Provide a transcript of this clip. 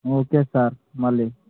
okay sir మళ్ళీ